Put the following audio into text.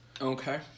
Okay